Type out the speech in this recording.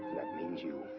means you,